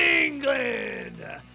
England